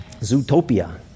Zootopia